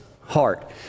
heart